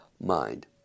mind